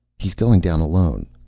he's going down alone,